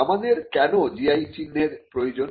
আমাদের কেন GI চিহ্নের প্রয়োজন